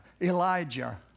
Elijah